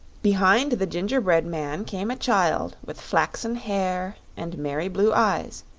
behind the gingerbread man came a child with flaxen hair and merry blue eyes,